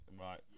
right